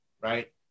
right